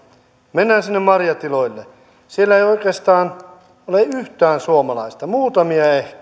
mennään sinne marjatiloille siellä ei oikeastaan ole yhtään suomalaista